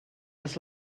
els